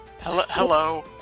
hello